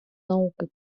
науки